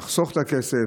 יחסוך את הכסף.